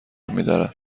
میدارد